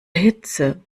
hitze